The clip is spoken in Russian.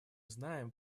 знаем